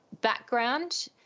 background